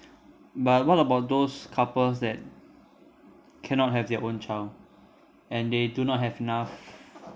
but what about those couples that cannot have their own child and they do not have enough